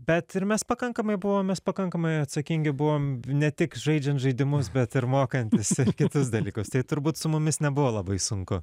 bet ir mes pakankamai buvom mes pakankamai atsakingi buvom ne tik žaidžiant žaidimus bet ir mokant visus kitus dalykus tai turbūt su mumis nebuvo labai sunku